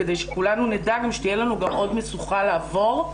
כדי שכולנו נדע עוד משוכה לעבור,